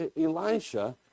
Elisha